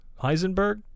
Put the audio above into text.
Heisenberg